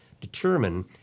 determine